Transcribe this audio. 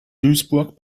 duisburg